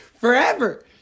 Forever